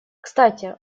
кстати